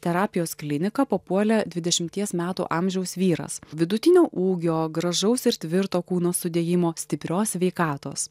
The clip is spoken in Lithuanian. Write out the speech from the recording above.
terapijos kliniką papuolė dvidešimties metų amžiaus vyras vidutinio ūgio gražaus ir tvirto kūno sudėjimo stiprios sveikatos